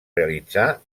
realitzà